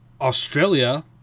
Australia